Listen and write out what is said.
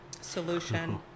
solution